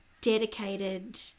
dedicated